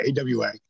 AWA